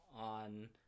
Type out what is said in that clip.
on